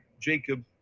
Jacob